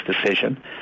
decision